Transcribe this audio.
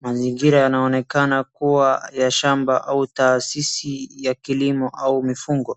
Mazingira yanaonekana kuwa ya shamba au taasisi ya kilimo au mifugo.